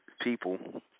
people